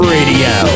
Radio